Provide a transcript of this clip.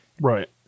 Right